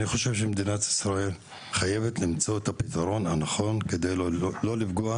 ואני חושב שמדינת ישראל חייבת למצוא את הפתרון הנכון כדי לא לפגוע